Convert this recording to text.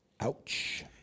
ouch